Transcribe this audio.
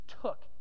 took